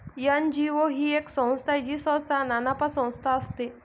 NGO ही एक संस्था आहे जी सहसा नानफा संस्था असते